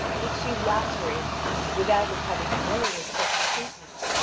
which she lacerates without its having merited such treatment.